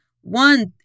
One